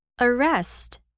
Arrest